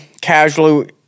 casually